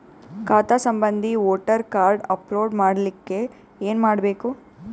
ಖಾತಾ ಸಂಬಂಧಿ voter card upload ಮಾಡಲಿಕ್ಕೆ ಏನ ಮಾಡಬೇಕು?